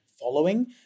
following